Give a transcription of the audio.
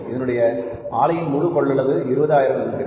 இதனுடைய ஆலையின் முழு கொள்ளளவு 20000 யூனிட்டுகள்